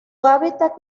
hábitat